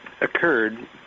occurred